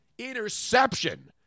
interception